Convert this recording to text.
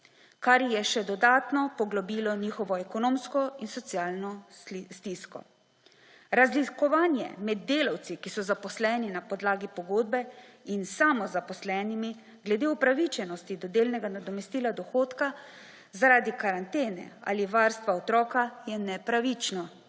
ker je še dodatno poglobilo njihovo ekonomsko in socialno stisko. Razlikovanje med delavci, ki so zaposleni na podlagi pogodbe in samozaposlenimi glede upravičenosti do delnega nadomestila dohodka zaradi karantene ali varstva otroka je nepravično.